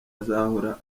azahora